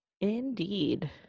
indeed